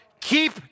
Keep